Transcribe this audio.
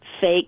fake